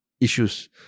issues